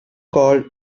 called